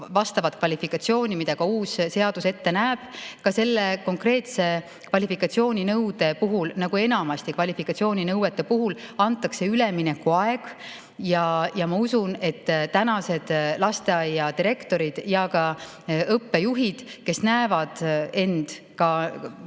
või kvalifikatsioon, mida uus seadus ette näeb. Ka selle konkreetse kvalifikatsiooninõude puhul, nagu enamasti kvalifikatsiooninõuete puhul, antakse üleminekuaeg. Ma usun, et tänased lasteaedade direktorid ja õppealajuhid, kes näevad end ka